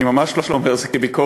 אני ממש לא אומר את זה כביקורת,